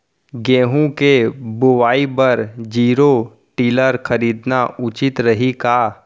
गेहूँ के बुवाई बर जीरो टिलर खरीदना उचित रही का?